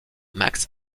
max